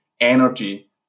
energy